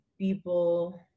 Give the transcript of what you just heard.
people